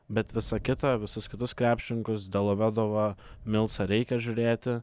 bet visa kita visus kitus krepšininkus delovedovą milsą reikia žiūrėti